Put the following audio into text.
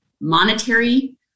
monetary